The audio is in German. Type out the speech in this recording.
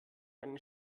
einen